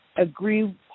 agree